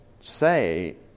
say